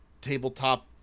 tabletop